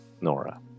Nora